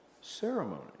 ceremony